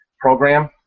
program